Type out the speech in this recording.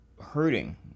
hurting